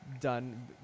done